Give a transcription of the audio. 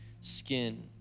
skin